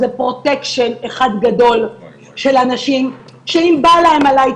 זה פרוטקשן אחד גדול של אנשים שאם בא להם עליי הם